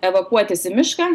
evakuotis į mišką